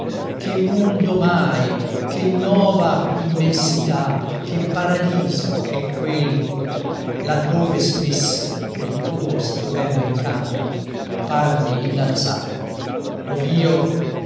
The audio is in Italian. che mondo mai che nova immensità che paradiso è quello là dove spesso il tuo stupendo incanto parmi innalzar dov'io